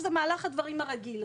שזה מהלך הדברים הרגיל,